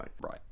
Right